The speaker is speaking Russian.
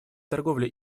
торговля